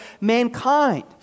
mankind